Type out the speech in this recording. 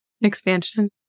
expansion